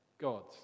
gods